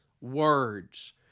words